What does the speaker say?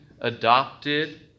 adopted